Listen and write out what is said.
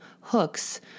hooks